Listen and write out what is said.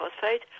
phosphate